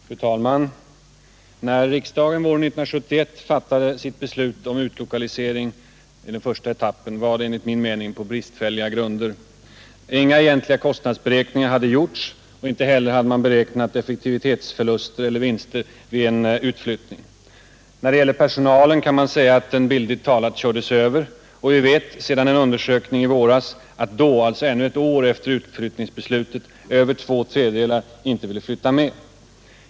Fru talman! När riksdagen våren 1971 fattade sitt beslut om utlokaliseringens första etapp, var det enligt min mening på bristfälliga grunder. Inga egentliga kostnadsberäkningar hade gjorts, och inte heller hade man beräknat eventuella effektivitetsförluster vid en utflyttning. När det gäller personalen kan sägas att den bildligt talat kördes över. Vi vet sedan en undersökning i våras att då, ännu ett år efter utflyttningsbeslutet, över två tredjedelar inte ville flytta med.